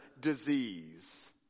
disease